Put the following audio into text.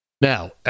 Now